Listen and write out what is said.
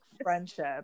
friendship